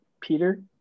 Peter